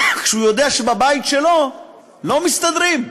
כשהוא יודע שבבית שלו לא מסתדרים.